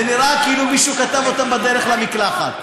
נראה כאילו מישהו כתב אותן בדרך למקלחת,